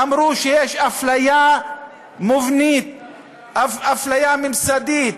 אמרו שיש אפליה מובנית, אפליה ממסדית,